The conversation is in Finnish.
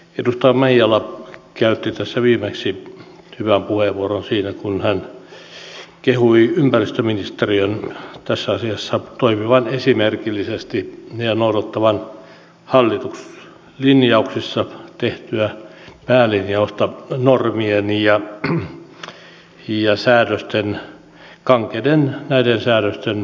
edustaja maijala käytti tässä viimeksi hyvän puheenvuoron siinä kun hän kehui ympäristöministeriön tässä asiassa toimivan esimerkillisesti ja noudattavan hallituslinjauksissa tehtyä päälinjausta normien ja kankeiden säädösten purkamisesta